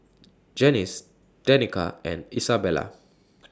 Janice Danica and Isabela